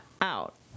out